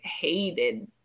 hated